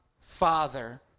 Father